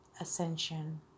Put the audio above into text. ascension